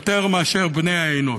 יותר מאשר רוב בני-האנוש.